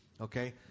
Okay